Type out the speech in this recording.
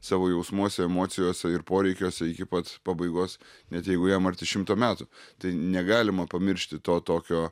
savo jausmuose emocijose ir poreikiuose iki pat pabaigos net jeigu jam arti šimto metų tai negalima pamiršti to tokio